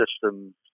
systems